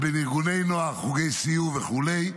לבין ארגוני נוער, חוגי סיור וכו'.